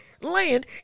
land